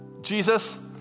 Jesus